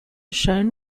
shown